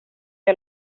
jag